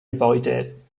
avoided